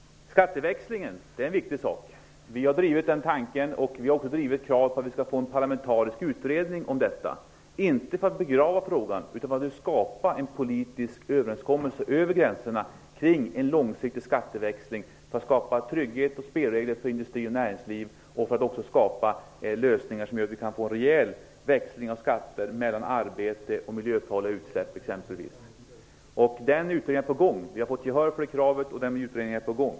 Skatteväxlingen är viktig. Vi har drivit den frågan. Vi har också drivit krav på att det skall bli en parlamentarisk utredning om detta, inte för att begrava frågan utan för att skapa en politisk överenskommelse över gränserna kring en långsiktig skatteväxling. Vi vill ha en skatteväxling för att skapa trygghet och spelregler för industri och näringsliv och för att också skapa lösningar som gör att det kan bli en rejäl växling av skatter mellan t.ex. arbete och miljöfarliga utsläpp. Den här utredningen är på gång. Vi har fått gehör för detta krav.